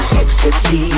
ecstasy